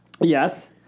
Yes